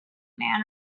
man